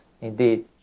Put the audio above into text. indeed